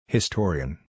Historian